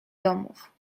domów